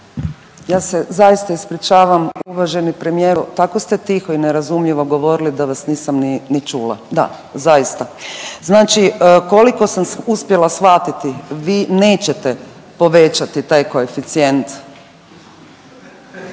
Ja se zaista ispričavam uvaženi premijeru tako ste tiho i nerazumljivo govorili da vas nisam ni čula. Da, zaista. Znači koliko sam uspjela shvatiti vi nećete povećati taj koeficijent?